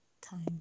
time